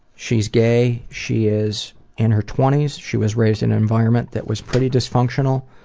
she's gay, she is in her twenties, she was raised in an environment that was pretty dysfunctional,